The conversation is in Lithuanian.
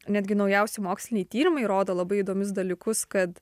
netgi naujausi moksliniai tyrimai rodo labai įdomius dalykus kad